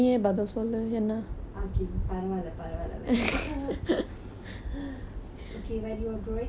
okay பரவாயில்லை பரவாயில்லை வேண்டாம்:paravaayillai paravaayillai vaendaam okay when you growing up what was your dream job